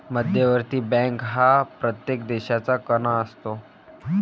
मध्यवर्ती बँक हा प्रत्येक देशाचा कणा असतो